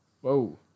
Whoa